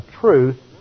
truth